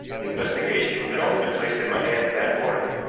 the investigation had only been placed in my hands that morning,